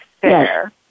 fair